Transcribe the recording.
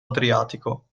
adriatico